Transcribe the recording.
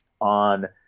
on